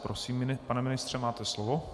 Prosím, pane ministře, máte slovo.